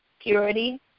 purity